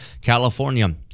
California